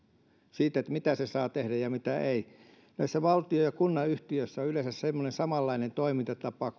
vastaan siitä mitä se saa tehdä ja mitä ei näissä valtion ja kunnan yhtiöissä on yleensä semmoinen samanlainen toimintatapa